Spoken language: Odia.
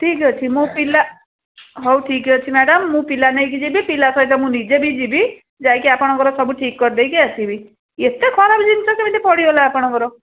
ଠିକ୍ ଅଛି ମୋ ପିଲା ହଉ ଠିକ୍ ଅଛି ମ୍ୟାଡ଼ାମ ମୁଁ ପିଲା ନେଇକି ଯିବି ପିଲା ସହିତ ମୁଁ ନିଜେ ବି ଯିବି ଯାଇକି ଆପଣଙ୍କର ସବୁ ଠିକ୍ କରିଦେଇକି ଆସିବି ଏତେ ଖରାପ ଜିନିଷ କେମିତି ପଡ଼ିଗଲା ଆପଣଙ୍କର